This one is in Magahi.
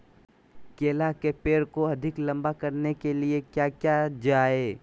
केला के पेड़ को अधिक लंबा करने के लिए किया किया जाए?